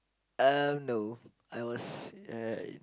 um no I was uh